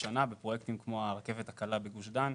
שנה בפרויקטים כמו הרכבת הקלה בגוש דן,